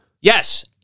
Yes